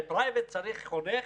בפרייבט צריך חונך